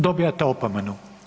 Dobijate opomenu.